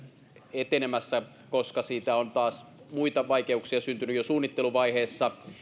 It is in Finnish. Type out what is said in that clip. etenemässä koska siitä on taas muita vaikeuksia syntynyt jo suunnitteluvaiheessa